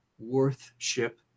worth-ship